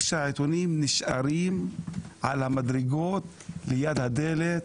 שהעיתונים נשארים על המדרגות ליד הדלת,